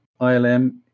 ILM